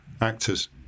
actors